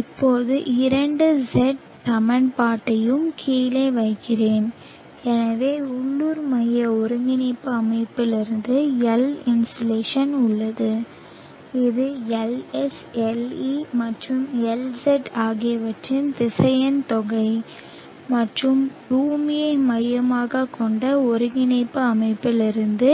இப்போது இரண்டு செட் சமன்பாட்டையும் கீழே வைக்கிறேன் எனவே உள்ளூர் மைய ஒருங்கிணைப்பு அமைப்பிலிருந்து L இன்சொலேஷன் உள்ளது இது LS LE மற்றும் LZ ஆகியவற்றின் திசையன் தொகை மற்றும் பூமியை மையமாகக் கொண்ட ஒருங்கிணைப்பு அமைப்பிலிருந்து